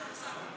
וסהלן.